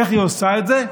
איך היא עושה את זה?